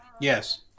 Yes